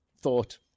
thought